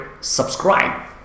subscribe